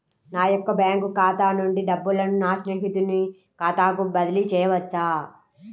నా యొక్క బ్యాంకు ఖాతా నుండి డబ్బులను నా స్నేహితుని ఖాతాకు బదిలీ చేయవచ్చా?